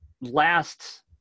last